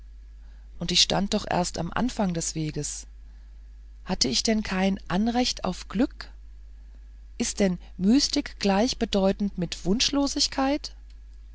und ich stand doch erst am anfang des weges hatte ich denn kein anrecht auf glück ist denn mystik gleichbedeutend mit wunschlosigkeit